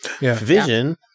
Vision